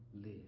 live